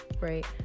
right